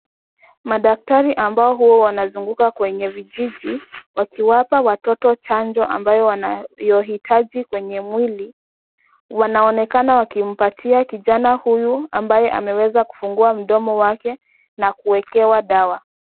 Madaktari ambao huwa wanazunguka kwenye vijiji wakiwapa watoto chanjo ambayo wanayohitaji kwenye mwili. Wanaonekana wakimpatia kijana huyu ambaye ameweza kufungua mdomo wake na kuekewa dawa.